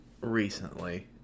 recently